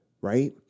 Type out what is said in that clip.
right